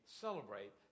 celebrate